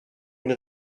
une